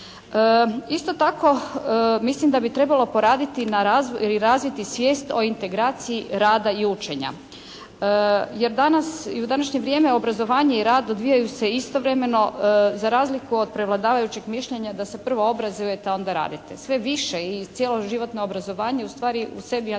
Isto tako mislim da bi trebalo poraditi ili razviti svijest o integraciji rada i učenja. Jer danas i u današnje vrijeme obrazovanje i rad odvijaju se istovremeno, za razliku od prevladavajućeg mišljenja da se prvo obrazujete, a onda radite. Sve više i cjeloživotno obrazovanje ustvari u sebi